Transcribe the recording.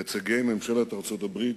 נציגי ממשלת ארצות-הברית,